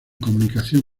comunicación